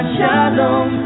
Shalom